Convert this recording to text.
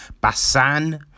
Basan